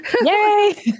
Yay